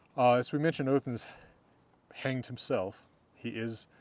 as we mentioned, odinn's hanged himself he is